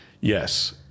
Yes